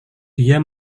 dia